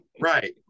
Right